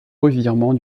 revirement